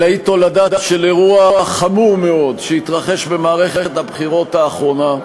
אלא היא תולדה של אירוע חמור מאוד שהתרחש במערכת הבחירות האחרונה,